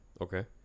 Okay